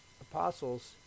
apostles